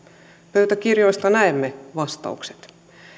pöytäkirjoista näemme vastaukset